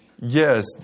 yes